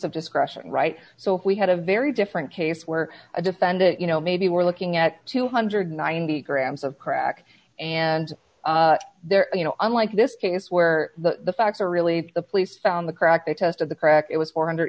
of discretion right so if we had a very different case where a defendant you know maybe we're looking at two hundred and ninety grams of crack and there you know unlike this case where the facts are really the police found the crack they tested the crack it was four hundred